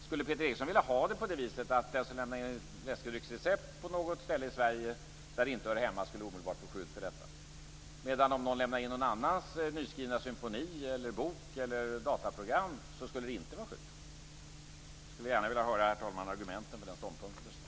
Skulle Peter Eriksson vilja ha det på det viset att den som lämnar in ett läskedrycksrecept på något ställe i Sverige där det inte hör hemma omedelbart skulle få skydd för detta, medan det inte skulle vara skydd om någon lämnar in någon annans nyskrivna symfoni, bok eller dataprogram? Jag skulle i så fall gärna vilja höra argumenten för den ståndpunkten.